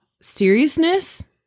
seriousness